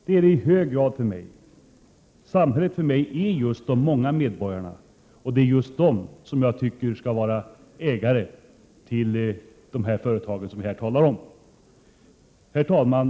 Men för mig är samhället i hög grad detsamma som de många medborgarna. Det är just dessa som jag tycker skall vara ägare till de företag som vi här talar om. Herr talman!